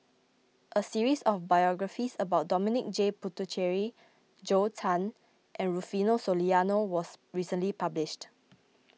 a series of biographies about Dominic J Puthucheary Zhou Can and Rufino Soliano was recently published